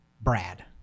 Brad